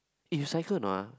eh you cycle or not ah